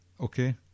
Okay